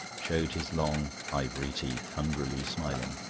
showed his long ivory teeth, hungrily smiling.